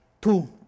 Two